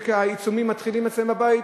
כשהעיצומים מתחילים אצלם בבית,